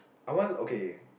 I want okay